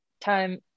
time